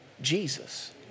Jesus